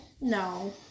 No